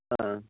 हा